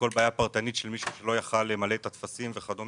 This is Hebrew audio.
לכל בעיה פרטנית של מישהו שלא יכול היה למלא את הטפסים וכדומה.